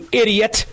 idiot